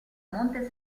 monte